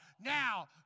now